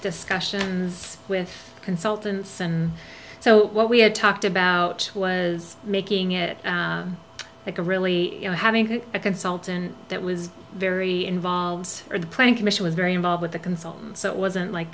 discussions with consultants and so what we had talked about was making it really you know having a consultant that was very involved or the planning commission was very involved with the consultants so it wasn't like